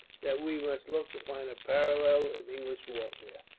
that we must look to find a parallel, in english warfare,